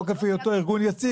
מתוקף היותו ארגון יציג,